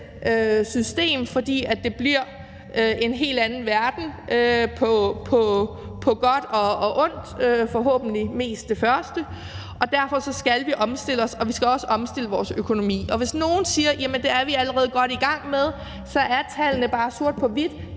system, fordi det bliver en helt anden verden på godt og ondt, forhåbentlig mest det første. Derfor skal vi omstille os, og vi skal også omstille vores økonomi. Og hvis nogen siger, at det er vi allerede godt i gang med, så viser tallene bare sort på hvidt,